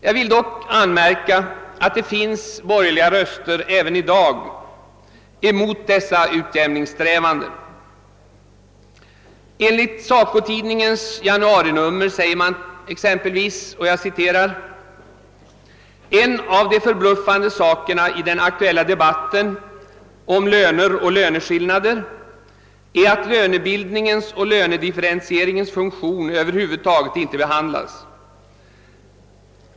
Jag vill dock anmärka att det även i dag finns borgerliga röster mot utjämningssträvandena. I SACO-tidningens januarinummer säger man exempelvis: »En av de förbluffande sakerna i den aktuella debatten om löner och löneskillnader är att lönebildningens och lönedifferentieringens funktion över huvud taget inte behandlas.